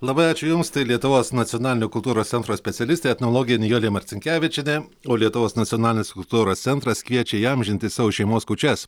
labai ačiū jums tai lietuvos nacionalinio kultūros centro specialistė etnologė nijolė marcinkevičienė o lietuvos nacionalinis kultūros centras kviečia įamžinti savo šeimos kūčias